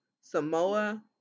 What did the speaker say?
Samoa